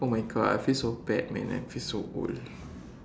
oh my God I feel so bad man and I feel so old